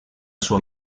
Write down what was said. sua